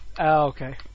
okay